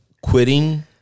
Quitting